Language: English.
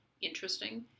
interesting